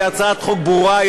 היא הצעת חוק ברורה,